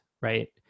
right